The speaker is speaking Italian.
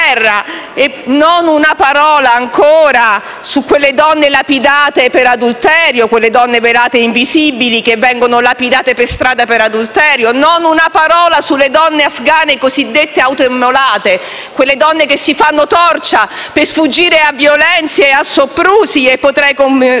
Non una parola, ancora, su quelle donne lapidate per adulterio, quelle donne velate e invisibili che vengono lapidate per strada per adulterio. Non una parola sulle donne afgane cosiddette autoimmolate, quelle donne che si fanno torcia per sfuggire a violenze e soprusi. E potrei continuare: